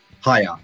Higher